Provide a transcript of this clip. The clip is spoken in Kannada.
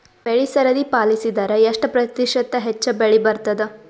ಬೆಳಿ ಸರದಿ ಪಾಲಸಿದರ ಎಷ್ಟ ಪ್ರತಿಶತ ಹೆಚ್ಚ ಬೆಳಿ ಬರತದ?